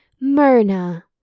Myrna